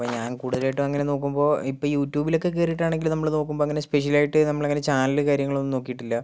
ഇപ്പം ഞാൻ കൂടുതലായിട്ടും അങ്ങനെ നോക്കുമ്പോൾ ഇപ്പം യൂട്യൂബിലൊക്കെ കയറിയിട്ടാണെങ്കിൽ നമ്മള് നോക്കുമ്പോൾ അങ്ങനെ സ്പെഷ്യൽ ആയിട്ട് നമ്മളങ്ങനെ ചാനല് കാര്യങ്ങളൊന്നും നോക്കിട്ടില്ല